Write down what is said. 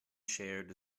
shared